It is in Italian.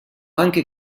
anche